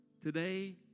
today